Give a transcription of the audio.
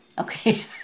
Okay